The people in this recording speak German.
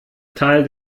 teil